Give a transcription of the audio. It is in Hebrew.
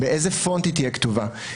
באיזה פונט היא תהיה כתובה.